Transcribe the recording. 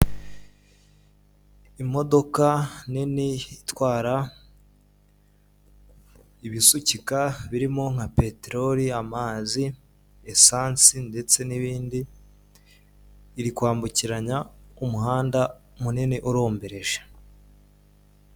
Imodoka nini itwara ibisukika birimo nka peteroli, amazi, esansi ndetse n'ibindi iri kwambukiranya umuhanda munini urombereje.